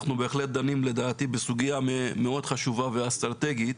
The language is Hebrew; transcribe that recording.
אנחנו בהחלט דנים לדעתי בסוגיה מאוד חשובה ואסטרטגית.